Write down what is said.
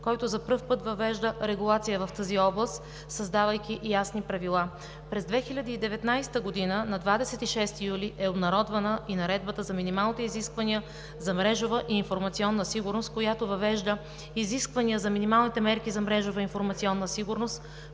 който за пръв път въвежда регулация в тази област, създавайки ясни правила. През 2019 г. на 26 юли е обнародвана и Наредбата за минималните изисквания за мрежова и информационна сигурност, която въвежда изисквания за минималните мерки за мрежова информационна сигурност,